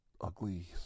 ugly